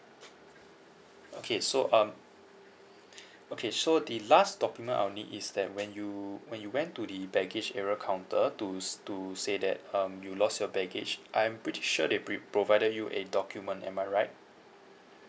okay so um okay so the last document I'll need is that when you when you went to the baggage area counter to s~ to say that um you lost your baggage I am pretty sure they prep~ provided you a document am I right